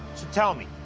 tell me.